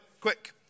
quick